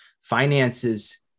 finances